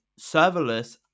serverless